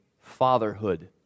fatherhood